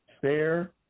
fair